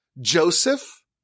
Joseph